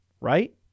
right